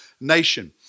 nation